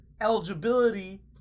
eligibility